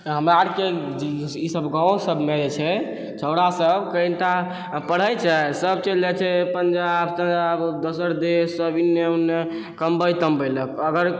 हमरा आओरके ई सब गाँव सबमे जे छै छौरा सब कनिटा पढ़ै छै सब चलि जाइ छै पञ्जाब तञ्जाब दोसर देश एन्ने ओन्ने कमबै तमबैलए अगर